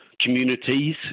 communities